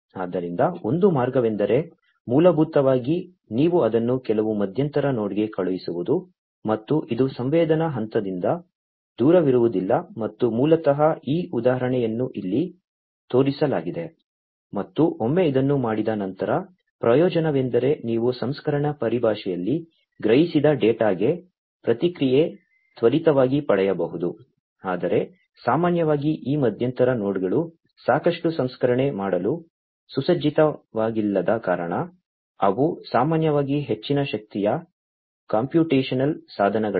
ಆದ್ದರಿಂದ ಒಂದು ಮಾರ್ಗವೆಂದರೆ ಮೂಲಭೂತವಾಗಿ ನೀವು ಅದನ್ನು ಕೆಲವು ಮಧ್ಯಂತರ ನೋಡ್ಗೆ ಕಳುಹಿಸುವುದು ಮತ್ತು ಇದು ಸಂವೇದನಾ ಹಂತದಿಂದ ದೂರವಿರುವುದಿಲ್ಲ ಮತ್ತು ಮೂಲತಃ ಈ ಉದಾಹರಣೆಯನ್ನು ಇಲ್ಲಿ ತೋರಿಸಲಾಗಿದೆ ಮತ್ತು ಒಮ್ಮೆ ಇದನ್ನು ಮಾಡಿದ ನಂತರ ಪ್ರಯೋಜನವೆಂದರೆ ನೀವು ಸಂಸ್ಕರಣೆಯ ಪರಿಭಾಷೆಯಲ್ಲಿ ಗ್ರಹಿಸಿದ ಡೇಟಾಗೆ ಪ್ರತಿಕ್ರಿಯೆ ತ್ವರಿತವಾಗಿ ಪಡೆಯಬಹುದು ಆದರೆ ಸಾಮಾನ್ಯವಾಗಿ ಈ ಮಧ್ಯಂತರ ನೋಡ್ಗಳು ಸಾಕಷ್ಟು ಸಂಸ್ಕರಣೆ ಮಾಡಲು ಸುಸಜ್ಜಿತವಾಗಿಲ್ಲದ ಕಾರಣ ಅವು ಸಾಮಾನ್ಯವಾಗಿ ಹೆಚ್ಚಿನ ಶಕ್ತಿಯ ಕಂಪ್ಯೂಟೇಶನಲ್ ಸಾಧನಗಳಲ್ಲ